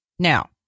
Now